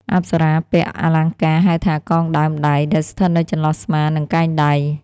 អប្សរាពាក់ អលង្ការ ហៅថាកងដើមដៃ ដែលស្ថិតនៅចន្លោះស្មា និងកែងដៃ។